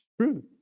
true